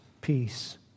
peace